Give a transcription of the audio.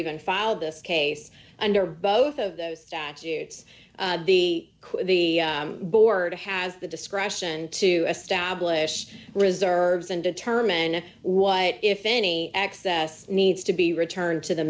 even filed this case under both of those statutes the board has the discretion to establish reserves and determine what if any access needs to be returned to the